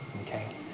Okay